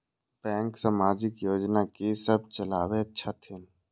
Bank समाजिक योजना की सब चलावै छथिन?